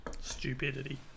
stupidity